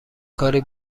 کاری